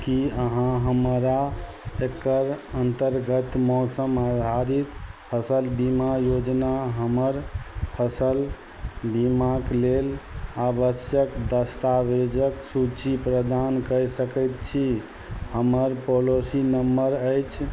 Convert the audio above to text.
की अहाँ हमरा एकर अन्तर्गत मौसम आधारित फसल बीमा योजना हमर फसल बीमाक लेल आवश्यक दस्तावेजक सूची प्रदान कए सकैत छी हमर पॉलिसी नंबर अछि